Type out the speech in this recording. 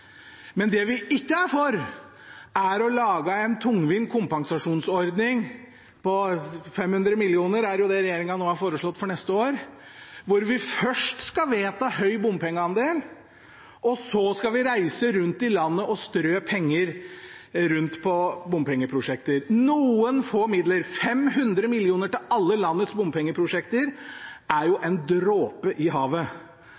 Men det vi ikke er for, er å lage en tungvint kompensasjonsordning – 500 mill. kr har regjeringen foreslått for neste år – hvor vi først skal vedta en høy bompengeandel, og så skal vi reise rundt i landet og strø penger på bompengeprosjekter, noen få midler. 500 mill. kr til alle landets bompengeprosjekter er